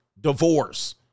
divorce